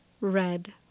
red